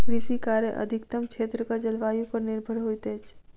कृषि कार्य अधिकतम क्षेत्रक जलवायु पर निर्भर होइत अछि